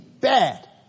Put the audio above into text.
bad